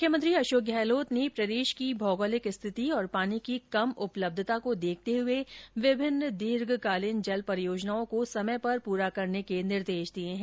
मुख्यमंत्री अशोक गहलोत ने प्रदेश की भौगोलिक स्थिति और पानी की कम उपलब्धता को देखते हुए विभिन्न दीर्घकालीन जल परियोजनाओं का समय पर पूरा करने के निर्देश दिये है